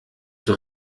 zur